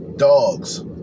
Dogs